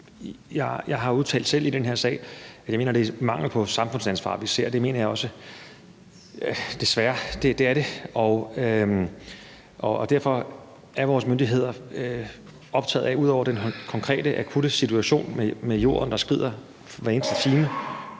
Jeg har selv udtalt i den her sag, at jeg mener, det er mangel på samfundsansvar, vi ser. Det er det desværre. Og derfor er vores myndigheder optaget af – ud over den konkrete akutte situation med jorden, der skrider hver eneste time,